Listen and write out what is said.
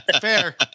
Fair